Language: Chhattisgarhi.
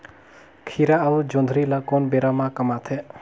खीरा अउ जोंदरी ल कोन बेरा म कमाथे?